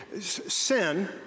Sin